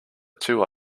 two